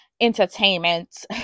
entertainment